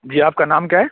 جی آپ کا نام کیا ہے